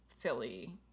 philly